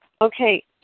okay